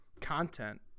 content